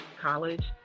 college